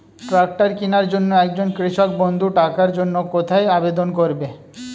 Tractor কিনার জন্য একজন কৃষক বন্ধু টাকার জন্য কোথায় আবেদন করবে?